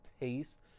taste